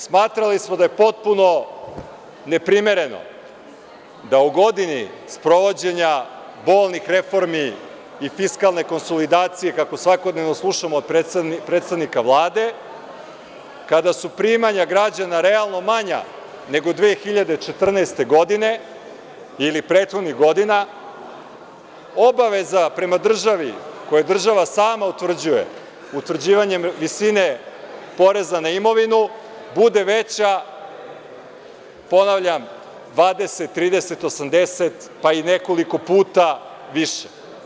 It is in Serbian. Smatrali smo da je potpuno neprimereno da u godini sprovođenja bolnih reformi i fiskalne konsolidacije, kako svakodnevno slušamo predstavnika Vlade, kada su primanja građana realno manja nego 2014. godine ili prethodnih godina, obaveza prema državi koje država sama utvrđuje utvrđivanjem visine poreza na imovinu, bude veća, ponavljam, 20, 30, 80%, pa i nekoliko puta više.